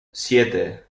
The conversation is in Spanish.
siete